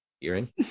earring